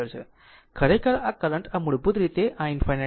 ખરેખર આ કરંટ મૂળભૂત રીતે i ∞ છે